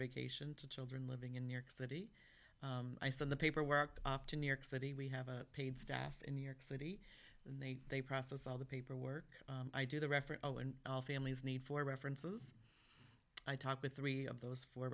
vacation to children living in new york city i saw in the paper work up to new york city we have a paid staff in new york city and they they process all the paperwork i do the referent all and all families need for references i talk with three of those four